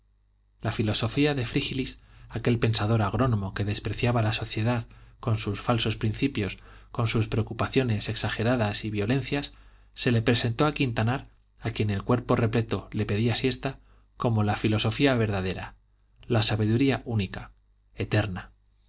la filosofía de frígilis aquel pensador agrónomo que despreciaba la sociedad con sus falsos principios con sus preocupaciones exageraciones y violencias se le presentó a quintanar a quien el cuerpo repleto le pedía siesta como la filosofía verdadera la sabiduría única eterna